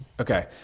Okay